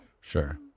sure